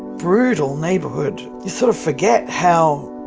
brutal neighborhood. you sort of forget how